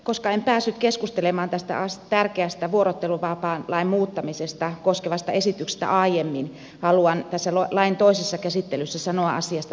koska en päässyt keskustelemaan tästä tärkeästä vuorotteluvapaalain muuttamista koskevasta esityksestä aiemmin haluan tässä lain toisessa käsittelyssä sanoa asiasta pari sanaa